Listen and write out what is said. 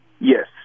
Yes